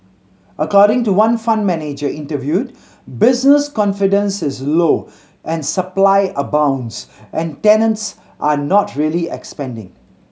according to one fund manager interviewed business confidence is low and supply abounds and tenants are not really expanding